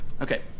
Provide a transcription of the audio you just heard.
Okay